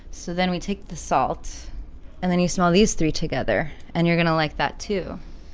so then we take the salt and then you smell these three together and you're gonna like that, too.